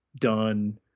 done